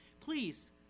Please